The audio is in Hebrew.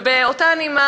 ובאותה נימה,